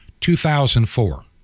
2004